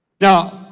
now